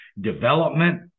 development